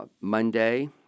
Monday